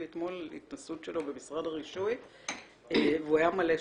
אתמול על התנסות שלו במשרד הרישוי והוא היה מלא שבחים.